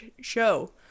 show